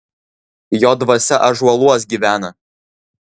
jo dvasia ąžuoluos gyvena